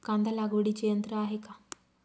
कांदा लागवडीचे यंत्र आहे का?